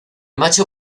macho